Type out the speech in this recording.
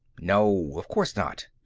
no. of course not.